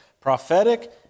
prophetic